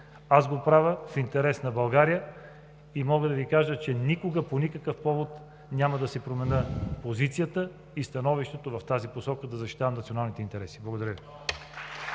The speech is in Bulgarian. Аз го правя в интерес на България и мога да Ви кажа, че никога, по никакъв повод няма да си променя позицията и становището в тази посока – да защитавам националните интереси. Благодаря Ви.